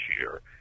year